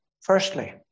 Firstly